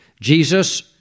Jesus